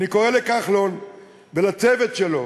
אני קורא לכחלון ולצוות שלו.